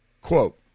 quote